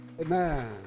Amen